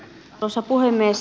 arvoisa puhemies